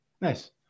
Nice